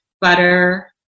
butter